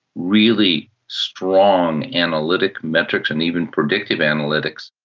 really strong analytic metrics and even predictive analytics,